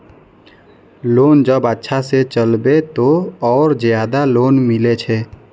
Loan जब अच्छा से चलेबे तो और ज्यादा लोन मिले छै?